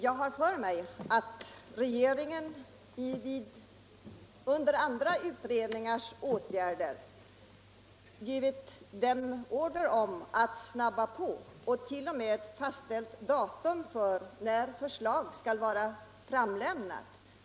Jag har för mig att regeringen under andra utredningars arbete givit dem order om att snabba på och t.o.m. fastställt datum för när förslag skall vara framlämnat.